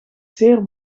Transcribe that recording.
zeer